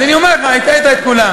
אז אני אומר לך, הטעית את כולם.